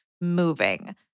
moving